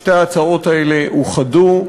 שתי ההצעות האלה אוחדו,